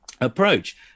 approach